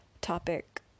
topic